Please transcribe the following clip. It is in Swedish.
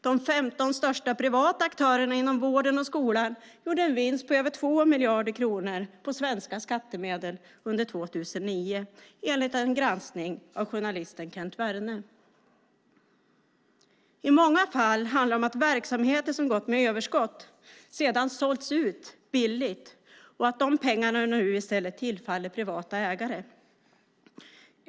De 15 största privata aktörerna inom vården och skolan gjorde en vinst på över 2 miljarder kronor med svenska skattemedel under 2009, enligt en granskning av journalisten Kent Werne. I många fall handlar det om att verksamheter som gått med överskott sedan sålts ut billigt och att pengarna nu i stället tillfaller privata ägare.